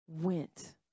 went